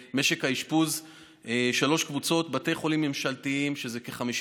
במשק האשפוז יש לנו שלוש קבוצות: בתי חולים ממשלתיים,